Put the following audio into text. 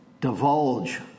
divulge